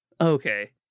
Okay